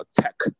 tech